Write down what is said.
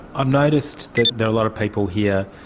um noticed that there are a lot of people here,